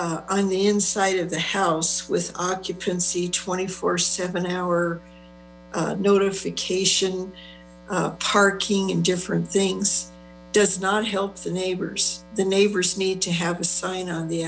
sign on the inside of the house with occupancy twenty four seven hour notification parking and different things does not help the neighbors the neighbors need to have a sign on the